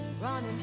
running